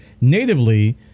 natively